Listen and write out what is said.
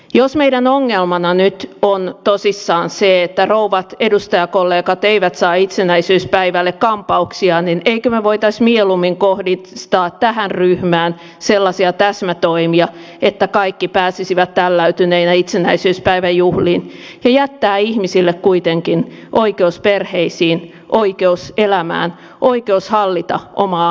jos meidän ongelmanamme nyt on tosissaan se että rouvat edustajakollegat eivät saa itsenäisyyspäivälle kampauksia niin emmekö me voisi mieluummin kohdistaa tähän ryhmään sellaisia täsmätoimia että kaikki pääsisivät tälläytyneinä itsenäisyyspäivän juhliin ja jättää ihmisille kuitenkin oikeuden perheeseen oikeuden elämään oikeuden hallita omaa arkeaan